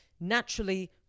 naturally